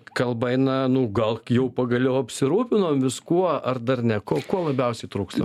kalba eina nu gal jau pagaliau apsirūpinom viskuo ar dar ne ko ko labiausiai trūksta